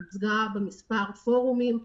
היא הוצגה במספר פורומים,